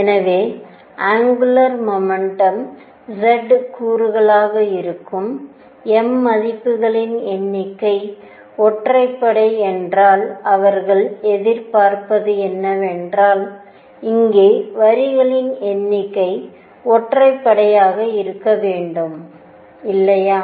எனவே angular momentum z கூறுகளாக இருக்கும் m மதிப்புகளின் எண்ணிக்கை ஒற்றைப்படை என்றால் அவர்கள் எதிர்பார்ப்பது என்னவென்றால் இங்கே வரிகளின் எண்ணிக்கை ஒற்றைப்படையாக இருக்க வேண்டும் இல்லையா